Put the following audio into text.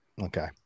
okay